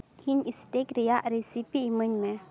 ᱤᱧ ᱥᱴᱮᱹᱠ ᱨᱮᱭᱟᱜ ᱨᱮᱥᱤᱯᱤ ᱤᱢᱟᱹᱧ ᱢᱮ